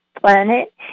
planet